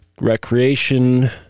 recreation